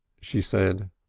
she said.